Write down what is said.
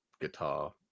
guitar